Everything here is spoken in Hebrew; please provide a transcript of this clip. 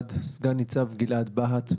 גלעד בהט,